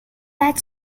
like